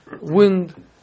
wind